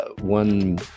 one